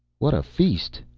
what a feast!